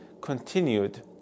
continued